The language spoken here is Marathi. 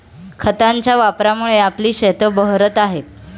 खतांच्या वापरामुळे आपली शेतं बहरत आहेत